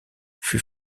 fut